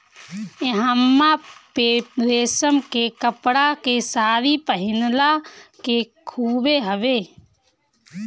इहवां पे रेशम के कपड़ा के सारी पहिनला के खूबे हवे